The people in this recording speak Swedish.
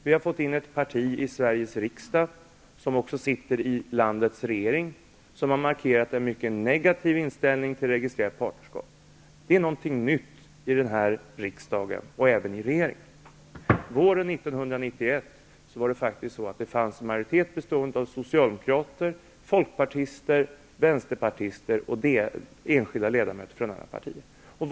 Vi har i Sveriges riksdag fått in ett nytt parti, som också sitter i landets regering och som har markerat en mycket negativ inställning till registrerat partnerskap. Detta parti är något nytt i denna riksdag och även i regeringen. Våren 1991 fanns det faktiskt en majoritet, bestående av socialdemokrater, folkpartister, vänsterpartister och enskilda ledamöter från andra partier, för detta.